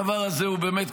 הדבר הזה הוא באמת,